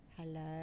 hello